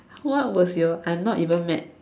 what was your I'm not even mad